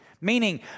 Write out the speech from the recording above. meaning